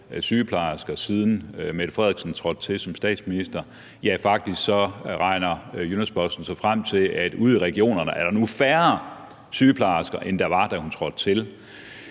sygeplejersker, siden Mette Frederiksen trådte til som statsminister. Ja, faktisk regner Jyllands-Posten sig frem til, at der ude i regionerne nu er færre sygeplejersker, end der var, da hun trådte til,